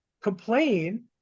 complain